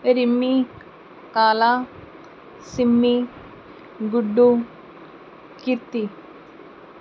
Rimmi Kala Simmi Guddu Kirti